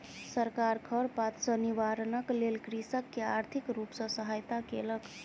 सरकार खरपात सॅ निवारणक लेल कृषक के आर्थिक रूप सॅ सहायता केलक